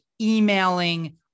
emailing